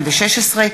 התשע"ו 2016,